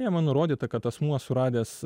jame nurodyta kad asmuo suradęs